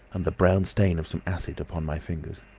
and the brown stain of some acid upon my fingers.